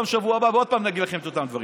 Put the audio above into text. שבוע הבא ועוד פעם נגיד לכם את אותם דברים.